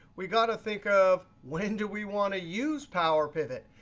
we've got to think of when do we want to use power pivot.